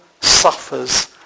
suffers